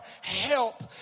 help